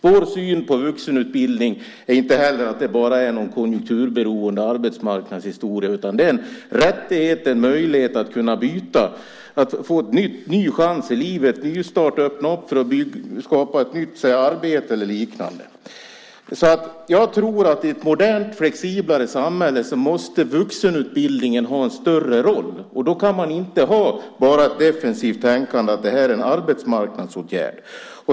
Vår syn på vuxenutbildning är inte heller att det bara är en konjunkturberoende arbetsmarknadshistoria, utan det är en rättighet, en möjlighet att få en ny chans i livet, en nystart och öppnar för att skapa nytt arbete eller liknande. Jag tror att i ett modernt flexiblare samhälle måste vuxenutbildningen ha en större roll. Då kan man inte bara ha defensivt tänkande och säga att det här är en arbetsmarknadsåtgärd.